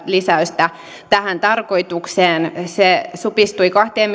lisäystä tähän tarkoitukseen se supistui sitten kahteen